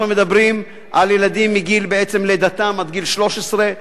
אנחנו מדברים על ילדים מגיל לידתם עד גיל 13,